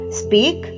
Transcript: speak